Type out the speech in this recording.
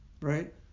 right